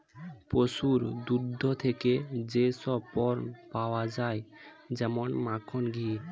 পশুর দুগ্ধ থেকে যেই সব পণ্য পাওয়া যায় যেমন মাখন, ঘি